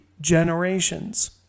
generations